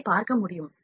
அதை பார்க்க முடியும்